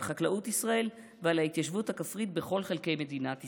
על חקלאות ישראל ועל ההתיישבות הכפרית בכל חלקי מדינת ישראל.